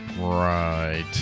Right